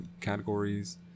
categories